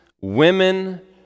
women